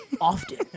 often